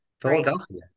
Philadelphia